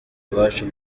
iwacu